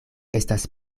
estas